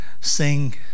sing